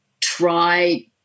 try